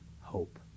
hope